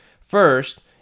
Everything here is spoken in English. First